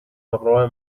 همراه